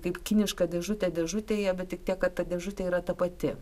kaip kiniška dėžutė dėžutėje bet tik tiek kad ta dėžutė yra ta pati